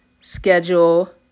schedule